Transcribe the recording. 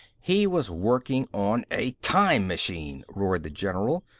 he was working on a time machine, roared the general.